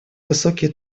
высокие